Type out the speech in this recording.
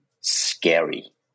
scary